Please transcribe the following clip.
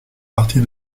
partie